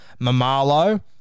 Mamalo